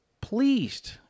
pleased